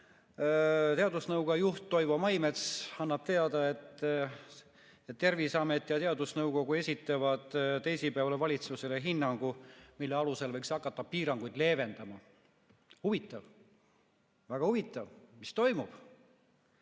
teadusnõukoja juht Toivo Maimets teada, et Terviseamet ja teadusnõukoda esitavad teisipäeval valitsusele hinnangu, mille alusel võiks hakata piiranguid leevendama. Huvitav, väga huvitav, mis toimub?